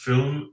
Film